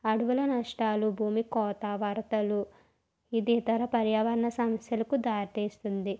అడవుల నష్టాలు భూమికోత వరదలు ఇది ఇతర పర్యావరణ సమస్యలకు దారితీస్తుంది